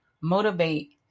motivate